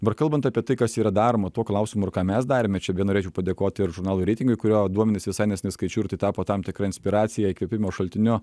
dabar kalbant apie tai kas yra daroma tuo klausimu ir ką mes darėme čia beje norėčiau padėkoti ir žurnalui reitingai kurio duomenis visai neseniai skaičiau ir tai tapo tam tikra inspiracija įkvėpimo šaltiniu